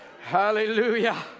Hallelujah